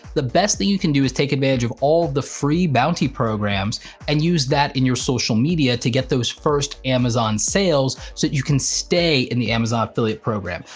the best thing you can do is take advantage of all the free bounty programs and use that in your social media to get those first amazon sales so that you can stay in the amazon affiliate program.